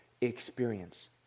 experience